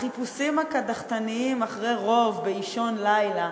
החיפושים הקדחתניים אחרי רוב באישון לילה,